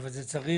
אבל זה צריך,